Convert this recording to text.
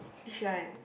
which one